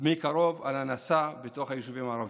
מקרוב על הנעשה בתוך היישובים הערביים.